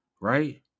Right